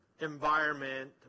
environment